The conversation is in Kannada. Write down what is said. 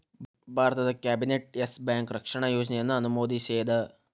ಭಾರತದ್ ಕ್ಯಾಬಿನೆಟ್ ಯೆಸ್ ಬ್ಯಾಂಕ್ ರಕ್ಷಣಾ ಯೋಜನೆಯನ್ನ ಅನುಮೋದಿಸೇದ್